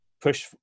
push